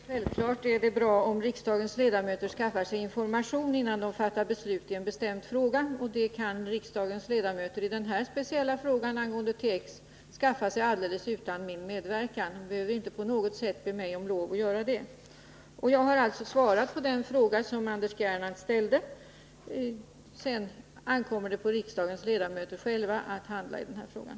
Herr talman! Det är alldeles självklart att det är bra om riksdagens ledamöter skaffar sig information innan de fattar beslut i en bestämd fråga. I den här speciella frågan angående THX kan riksdagens ledamöter skaffa sig information helt utan min medverkan; de behöver inte på något sätt be mig om lov att göra det. Jag har alltså svarat på den fråga som Anders Gernandt ställde. Sedan ankommer det på riksdagens ledamöter själva att handla i den här frågan.